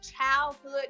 childhood